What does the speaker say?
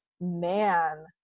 man